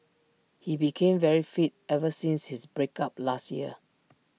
he became very fit ever since his break up last year